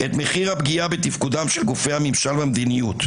את מחיר הפגיעה בתפקודם של גופי הממשל במדיניות,